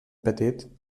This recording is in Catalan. petit